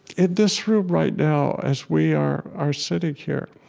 in this room right now, as we are are sitting here,